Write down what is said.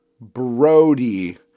Brody